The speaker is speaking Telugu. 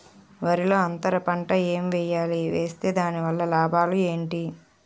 వరిలో అంతర పంట ఎం వేయాలి? వేస్తే దాని వల్ల లాభాలు ఏంటి?